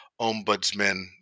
ombudsman